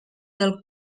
del